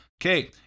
Okay